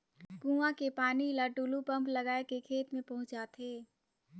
कुआं के पानी ल टूलू पंप लगाय के खेत में पहुँचाथे